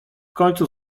końcu